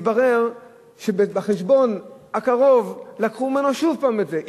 מתברר שבחשבון הקרוב לקחו ממנו שוב פעם את זה.